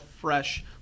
fresh